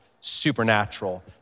supernatural